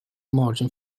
margin